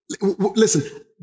Listen